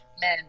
men